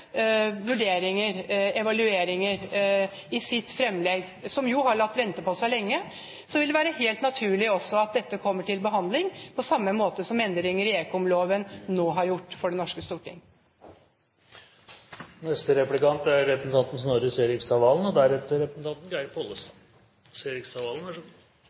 vurderinger, evalueringer, i sitt fremlegg – som jo har latt vente på seg lenge – vil det være helt naturlig at dette kommer til behandling på samme måte som endringer i ekomloven nå er til behandling i Det norske storting. Utfallet av forhandlingene og seks måneders lagringstid er det mange som har forutsett lenge, og